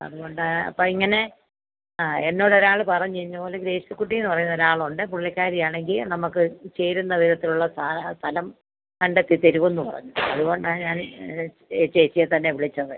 അതുകൊണ്ട് അപ്പോൾ ഇങ്ങനെ ആ എന്നോട് ഒരാൾ പറഞ്ഞ് ഇന്നപോലെ ഗ്രേസികുട്ടി എന്ന് പറയുന്ന ഒരു ആളുണ്ട് പുള്ളിക്കാരിയാണെങ്കിൽ നമുക്ക് ചേരുന്ന വിധത്തിലുള്ള സാധാ സ്ഥലം കണ്ടെത്തി തരുമെന്ന് പറഞ്ഞു അതുകൊണ്ടാണ് ഞാൻ ഇത് ഈ ചേച്ചിയെ തന്നെ വിളിച്ചത്